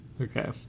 Okay